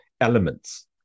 elements